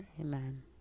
Amen